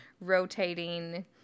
rotating